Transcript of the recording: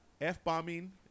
F-bombing